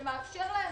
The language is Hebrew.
שמאפשר להם